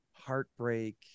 heartbreak